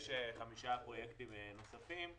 יש חמישה פרויקטים נוספים.